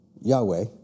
Yahweh